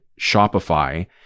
Shopify